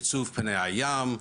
לייצוב פני הים,